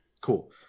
cool